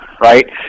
right